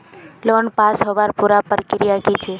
Loan पास होबार पुरा प्रक्रिया की छे?